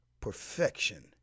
perfection